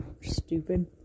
Stupid